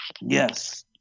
Yes